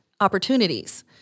opportunities